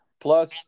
Plus